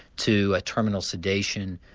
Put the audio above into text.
to a terminal sedation,